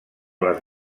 les